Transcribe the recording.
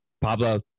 Pablo